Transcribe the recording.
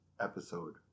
episode